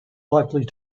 likely